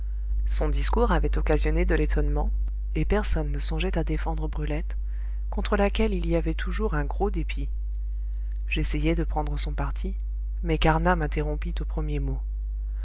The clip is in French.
son discours avait occasionné de l'étonnement et personne ne songeait à défendre brulette contre laquelle il y avait toujours un gros dépit j'essayai de prendre son parti mais carnat m'interrompit aux premiers mots